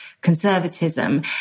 conservatism